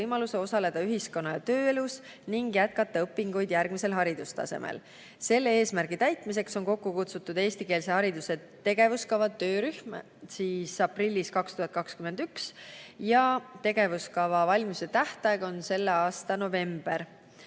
võimaluse osaleda ühiskonna- ja tööelus ning jätkata õpinguid järgmisel haridustasemel." Selle eesmärgi täitmiseks on aprillis 2021 kokku kutsutud eestikeelse hariduse tegevuskava töörühm, tegevuskava valmimise tähtaeg on selle aasta november.